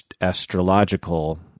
astrological